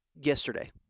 yesterday